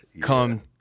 Come